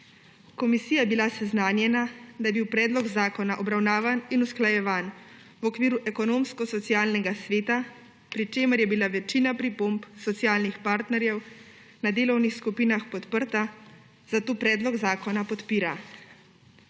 Komisija je bila seznanjena, da je bil predlog zakona obravnavan in usklajevan v okviru Ekonomsko-socialnega sveta, pri čemer je bila večina pripomb socialnih partnerjev na delovnih skupinah podprtih, zato predlog zakona podpira.